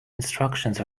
instructions